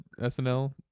SNL